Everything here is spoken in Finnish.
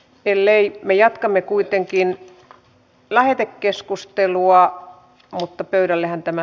ellei me jatkamme kuitenkin lähetä keskustelua mutta pöydällä hän tämä